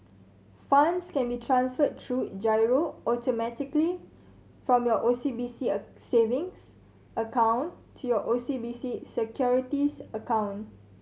funds can be transferred through firo automatically from your O C B C a savings account to your O C B C Securities account